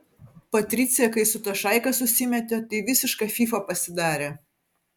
patricija kai su ta šaika susimetė tai visiška fyfa pasidarė